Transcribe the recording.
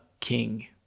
king